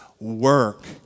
work